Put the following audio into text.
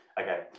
Okay